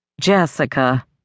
Jessica